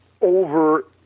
over